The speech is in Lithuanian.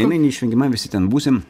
jinai neišvengiama visi ten būsim